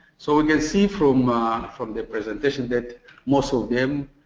so we can see from um from the presentation that most of them,